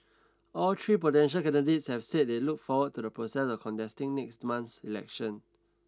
all three potential candidates have said they look forward to the process of contesting next month's election